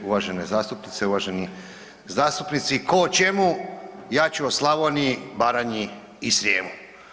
Uvažene zastupnice, uvaženi zastupnici tko o čemu, ja ću o Slavniji, Baranji i Srijemu.